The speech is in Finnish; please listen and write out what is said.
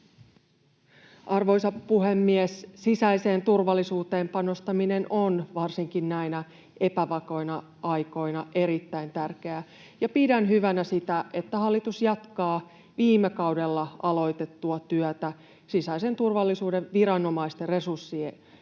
Arvoisa puhemies! Sisäiseen turvallisuuteen panostaminen on varsinkin näinä epävakaina aikoina erittäin tärkeää, ja pidän hyvänä sitä, että hallitus jatkaa viime kaudella aloitettua työtä sisäisen turvallisuuden viranomaisten resurssien